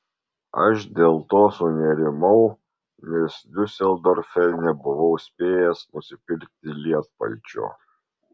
aš dėl to sunerimau nes diuseldorfe nebuvau spėjęs nusipirkti lietpalčio